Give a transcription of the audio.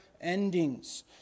endings